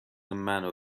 منو